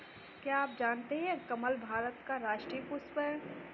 क्या आप जानते है कमल भारत का राष्ट्रीय पुष्प है?